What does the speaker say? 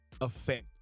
effect